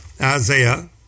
Isaiah